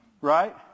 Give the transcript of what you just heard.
Right